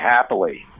happily